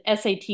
SAT